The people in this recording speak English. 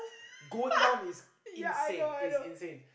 going down is insane is insane